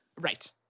Right